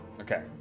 Okay